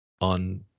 on